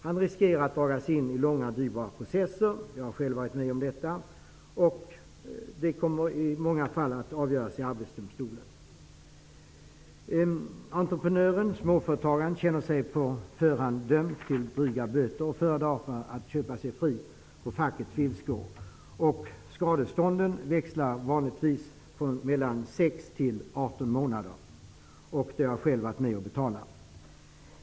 Han riskerar att dras in i långa, dyrbara processer -- jag har själv varit med om detta -- som i många fall kommer att avgöras i Arbetsdomstolen. Entreprenören, småföretagaren, känner sig på förhand dömd till dryga böter och föredrar därför att köpa sig fri på fackets villkor. Skadestånden växlar vanligtvis mellan 6 och 18 månaders ersättning. Det har jag själv varit med och betalat.